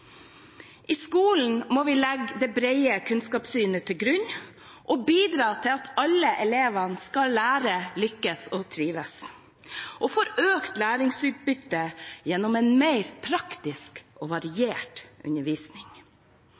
I skolen må vi legge det brede kunnskapssynet til grunn og bidra til at alle elevene skal lære, lykkes og trives, og at de får økt læringsutbytte gjennom en mer praktisk og variert undervisning.